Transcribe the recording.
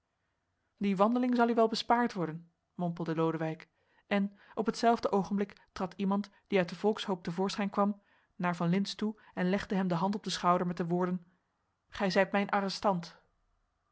die wandeling zal u wel bespaard worden mompelde lodewijk en op hetzelfde oogenblik trad iemand die uit den volkshoop te voorschijn kwam naar van lintz toe en legde hem de hand op den schouder met de woorden gij zijt mijn